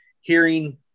hearing